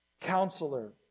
counselor